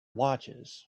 watches